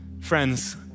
Friends